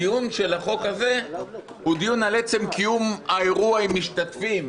הדיון בחוק הזה הוא דיון על עצם קיום האירוע עם משתתפים,